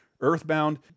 Earthbound